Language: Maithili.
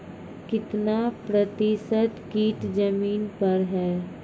कितना प्रतिसत कीट जमीन पर हैं?